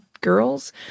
girls